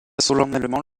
solennellement